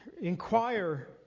inquire